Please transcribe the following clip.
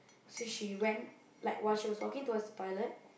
so she went like while she was walking towards the toilet